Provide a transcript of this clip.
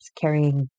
carrying